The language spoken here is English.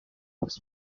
was